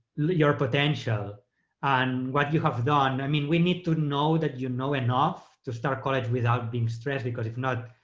your potential and what you have done. i mean, we need to know that you know enough to start college without being stressed because if not,